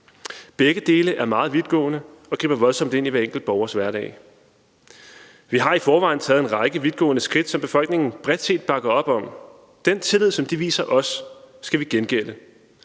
Begge dele er meget vidtgående og griber voldsomt ind i hver enkelt borgers hverdag. Vi har i forvejen taget en række vidtgående skridt, som befolkningen bredt set bakker op om. Den tillid, som de viser os, skal vi gengælde.